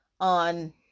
on